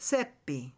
Seppi